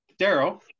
Daryl